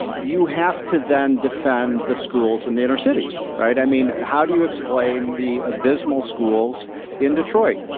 you have to then defend the schools in the inner cities, right? i mean how do you explain the abysmal schools in detroit,